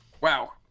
Wow